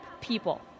people